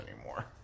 anymore